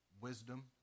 wisdom